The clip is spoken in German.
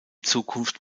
zukunft